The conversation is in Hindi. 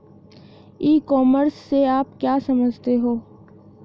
ई कॉमर्स से आप क्या समझते हो?